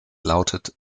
lautet